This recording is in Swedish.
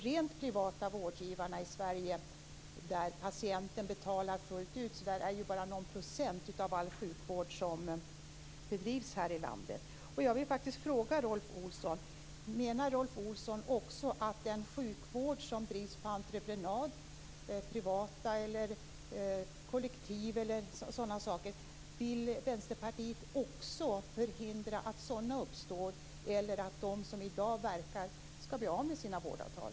Det är bara någon procent av all sjukvård som bedrivs i landet som ges av rent privata vårdgivare där patienten betalar fullt ut. Menar Rolf Olsson att den sjukvård som bedrivs på entreprenad, privat eller kollektiv, också skall förhindras och att de som i dag verkar där skall bli av med sina vårdavtal?